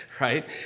right